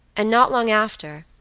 and not long after,